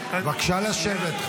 בבקשה לשבת.